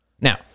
Now